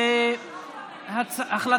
אנחנו עוברים לסעיף הבא על סדר-היום,